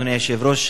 אדוני היושב-ראש,